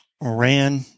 ran